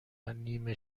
نیم